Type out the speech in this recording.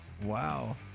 Wow